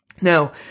Now